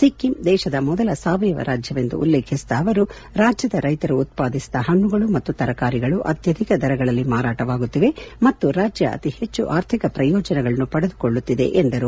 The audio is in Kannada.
ಸಿಕ್ಕಿಂ ದೇಶದ ಮೊದಲ ಸಾವಯವ ರಾಜ್ಯವೆಂದು ಉಲ್ಲೇಖಿಸಿದ ಅವರು ರಾಜ್ಯದ ರೈತರು ಉತ್ಪಾದಿಸಿದ ಹಣ್ಣುಗಳು ಮತ್ತು ತರಕಾರಿಗಳು ಅತ್ಯಧಿಕ ದರಗಳಲ್ಲಿ ಮಾರಾಟವಾಗುತ್ತಿವೆ ಮತ್ತು ರಾಜ್ಯ ಅತಿ ಹೆಚ್ಚು ಆರ್ಥಿಕ ಪ್ರಯೋಜನಗಳನ್ನು ಪಡೆದುಕೊಳ್ಳುತ್ತಿದೆ ಎಂದರು